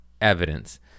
evidence